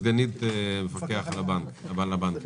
סגנית המפקח על הבנקים.